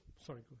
sorry